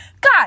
God